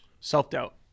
Self-doubt